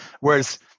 whereas